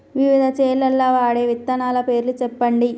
వివిధ చేలల్ల వాడే విత్తనాల పేర్లు చెప్పండి?